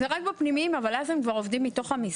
זה רק בפנימיים, אבל אז הם כבר עובדים מתוך המשרד.